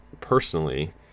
personally